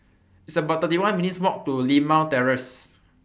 It's about thirty one minutes' Walk to Limau Terrace